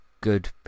good